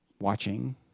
watching